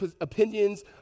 opinions